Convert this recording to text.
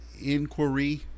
inquiry